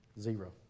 Zero